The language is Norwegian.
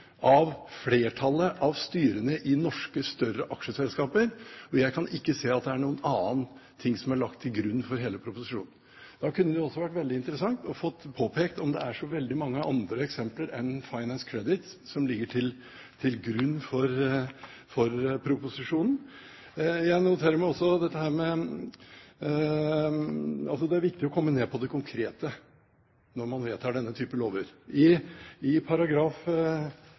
av flertallet av styrene i større norske aksjeselskaper. Jeg kan ikke se at det er noe annet som er lagt til grunn for hele proposisjonen. Det kunne også være veldig interessant å få påpekt om det er så veldig mange andre eksempler enn Finance Credit som ligger til grunn for proposisjonen. Det er viktig å komme ned på det konkrete når man vedtar denne type lover. I § 2-19 ledd i